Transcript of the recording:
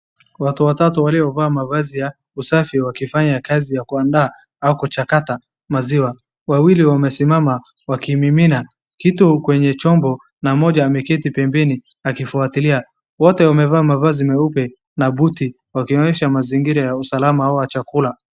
Watu watatu waliovaa mavazi ya usafi wakifanya kazi ya kuandaa au kuchakata maziwa. Wawili wamesimama wakimimina kitu kwenye chombo na mmoja ameketi pembeni akifuatilia. Wote wamevaa mavazi meupe na buti wakionyesha mazingira ya usalama wa chakula.